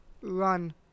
run –